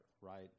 right